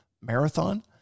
marathon